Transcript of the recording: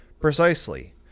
Precisely